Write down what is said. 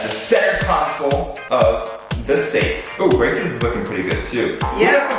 the center console of the safe. oo grace's is looking pretty good too. yeah